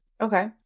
Okay